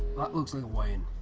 that looks like a way in.